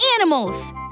animals